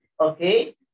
okay